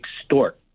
extort